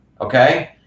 okay